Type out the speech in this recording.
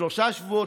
שלושה שבועות?